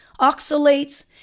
oxalates